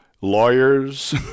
lawyers